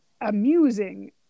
amusing